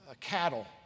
cattle